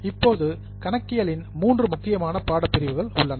இப்போது கணக்கியலின் மூன்று முக்கியமான பாடப் பிரிவுகள் உள்ளன